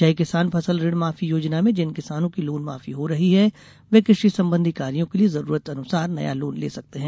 जय किसान फसल ऋण माफी योजना में जिन किसानों की लोन माफी हो रही है वे कृषि संबंधी कार्यो के लिये जरूरत अनुसार नया लोन ले सकते हैं